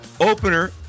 opener